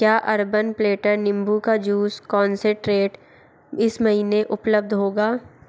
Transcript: क्या Urban Platter नीम्बू का जूस कॉन्सेट्रेट इस महीने उपलब्ध होगा